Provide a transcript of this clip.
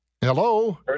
Hello